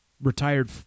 retired